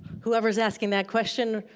whoever is asking that question,